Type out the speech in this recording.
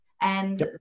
And-